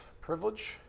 privilege